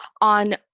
on